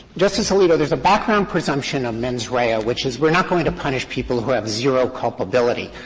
justice alito, there is a background presumption of mens rea, ah which is we're not going to punish people who have zero culpability.